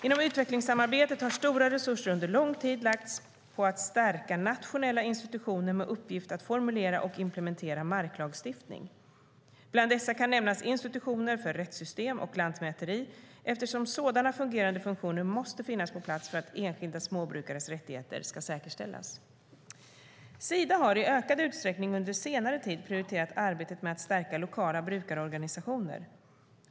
Inom utvecklingssamarbetet har stora resurser under lång tid lagts ned på att stärka nationella institutioner med uppgift att formulera och implementera marklagstiftning. Bland dessa kan nämnas institutioner för rättssystem och lantmäteri eftersom sådana fungerande funktioner måste finnas på plats för att enskilda småbrukares rättigheter ska säkerställas. Sida har i ökad utsträckning under senare tid prioriterat arbetet med att stärka lokala brukarorganisationer.